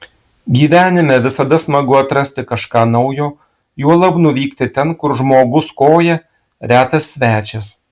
gyvenime visada smagu atrasti kažką naujo juolab nuvykti ten kur žmogus koja retas svečias